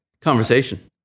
conversation